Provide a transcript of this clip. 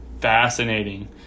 fascinating